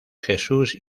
jesús